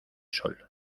sol